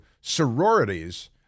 sororities